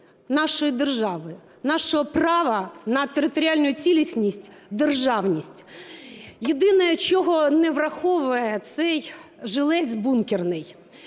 нашої держави, нашого права на територіальну цілісність, державність. Єдине чого не враховує цей жилець бункерний,